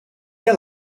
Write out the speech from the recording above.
you